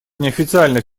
неофициальных